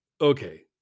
okay